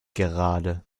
gerade